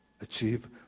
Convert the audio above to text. achieve